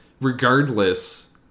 regardless